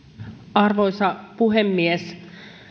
arvoisa puhemies